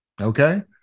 Okay